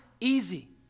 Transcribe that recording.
easy